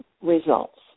results